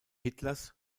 hitlers